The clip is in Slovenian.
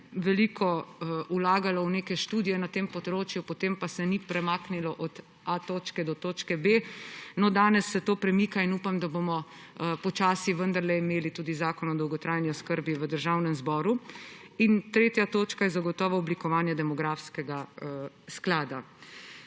veliko vlagalo v neke študije na tem področju, potem pa se ni premaknilo od točke A do točke B. No, danes se to premika in upam, da bomo počasi vendarle imeli tudi zakon o dolgotrajni oskrbi v Državnem zboru. In tretja točka je zagotovo oblikovanje demografskega sklada.